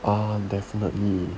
ya definitely